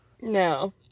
No